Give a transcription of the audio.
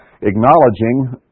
acknowledging